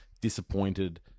disappointed